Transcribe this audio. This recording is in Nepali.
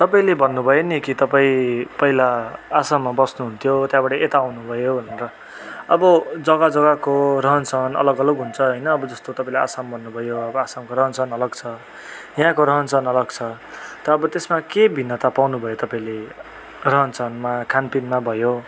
तपाईँले भन्नु भयो नि कि तपाईँ पहिला आसममा बस्नुहुन्थ्यो त्यहाँबाट यता आउनु भयो भनेर अब जग्गा जग्गाको रहनसहन अलग अलग हुन्छ होइन अब जस्तो तपाईँले आसम भन्नु भयो अब आसमको रहनसहन अलग छ यहाँको रहनसहन अलग छ त अब त्यसमा के भिन्नता पाउनु भयो तपाईँले रहनसहनमा खानपिनमा भयो